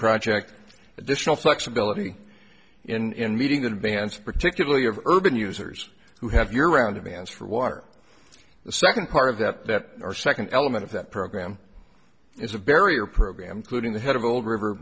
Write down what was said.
project additional flexibility in meeting the advance particularly of urban users who have year round advance for water the second part of that or second element of that program is a barrier program clued in the head of old river